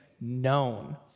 known